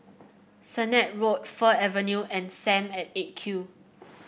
Sennett Road Fir Avenue and Sam at Eight Q